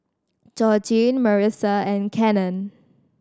Georgine Marisa and Cannon